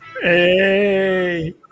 Hey